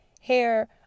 hair